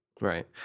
Right